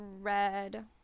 red